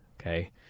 Okay